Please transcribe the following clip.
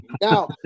Now